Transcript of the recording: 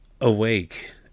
Awake